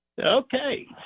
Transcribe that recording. Okay